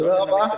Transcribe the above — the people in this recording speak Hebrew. תודה רבה.